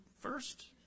first